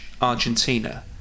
Argentina